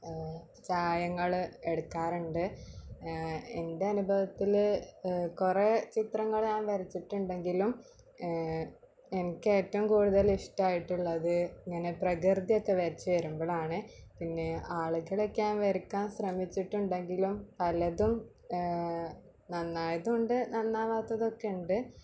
ചായങ്ങള് എടുക്കാറുണ്ട് എൻ്റ അനുഭവത്തില് കുറെ ചിത്രങ്ങള് ഞാൻ വരച്ചിട്ടുണ്ടെങ്കിലും എനിക്കേറ്റവും കൂടുതൽ ഇഷ്ടമായിട്ടുള്ളത് ഇങ്ങനെ പ്രകൃതിയക്കെ വരച്ച് വരുമ്പോളാണ് പിന്നേ ആളുകളൊക്കെ ഞാൻ വരക്കാൻ ശ്രമിച്ചിട്ട് ഉണ്ടെങ്കിലും പലതും നന്നായതുണ്ട് നന്നാവാത്തതൊക്കെ ഉണ്ട്